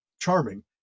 charming